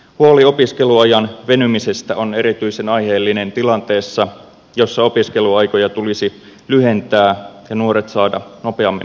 huoli opiskeluajan venymisestä on erityisen aiheellinen tilanteessa jossa opiskeluaikoja tulisi lyhentää ja nuoret saada nopeammin mukaan työelämään